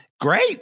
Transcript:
Great